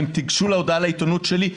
אם תיגשו להודעה לעיתונות שלי,